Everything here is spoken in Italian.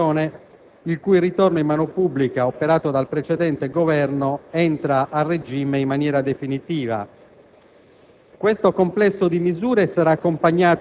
prevedendo ulteriori misure in materia di riscossione, il cui ritorno in mano pubblica, operato dal precedente Governo, entra a regime in maniera definitiva.